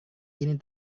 ini